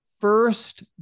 first